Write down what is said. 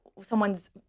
someone's